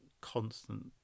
constant